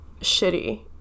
shitty